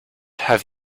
have